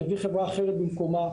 יביאו חברה אחרת במקומה.